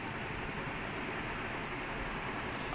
ya I just saw I can't believe this